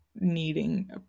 needing